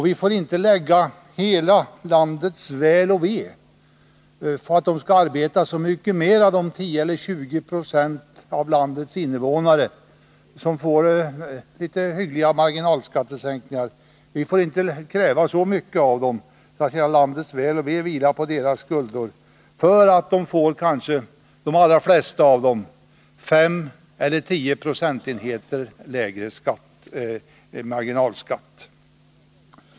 Vi får inte kräva så mycket av de 10 eller 20 90 av landets invånare som får hyggliga marginalskattesänkningar, att hela landets väl och ve skall vila på deras skuldror, för de flesta av dem får kanske 5 eller 10 procentenheter lägre marginalskatt.